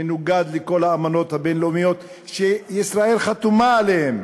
מנוגד לכל האמנות הבין-לאומיות שישראל חתומה עליהן.